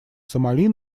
сомали